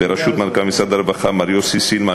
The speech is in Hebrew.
בראשות מנכ"ל משרד הרווחה מר יוסי סילמן,